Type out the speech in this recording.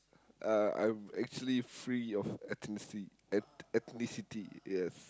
uh I'm actually free of ethnici~ et~ ethnicity yes